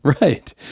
Right